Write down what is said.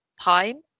time